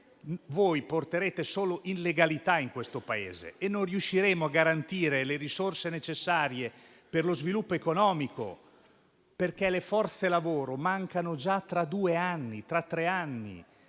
porterete solo illegalità in questo Paese e non riusciremo a garantire le risorse necessarie per lo sviluppo economico, perché le forze lavoro mancano già tra due-tre anni.